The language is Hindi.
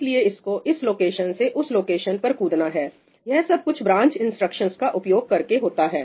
इसलिए इसको इस लोकेशन से उस लोकेशन पर कूदना है यह सब कुछ ब्रांच इंस्ट्रक्शंस का उपयोग करके होता है